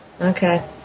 Okay